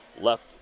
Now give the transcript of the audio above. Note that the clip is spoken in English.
left